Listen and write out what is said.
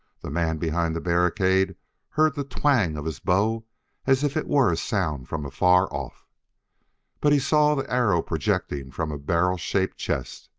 the man behind the barricade heard the twang of his bow as if it were a sound from afar off but he saw the arrow projecting from a barrel-shaped chest,